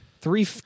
three